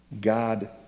God